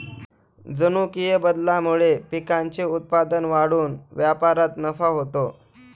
जनुकीय बदलामुळे पिकांचे उत्पादन वाढून व्यापारात नफा होतो